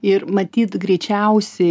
ir matyt greičiausi